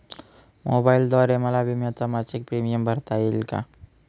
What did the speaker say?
मोबाईलद्वारे मला विम्याचा मासिक प्रीमियम भरता येईल का?